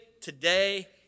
today